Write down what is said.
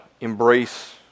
Embrace